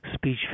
Speech